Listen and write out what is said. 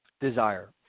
desire